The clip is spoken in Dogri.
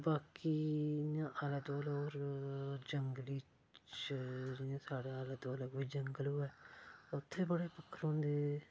वाकी इयां ज्यादातर उप्पर जंगली साढ़े आले दुआले कोई जंगल होऐ उत्थै बडे़ पक्खरु होंदे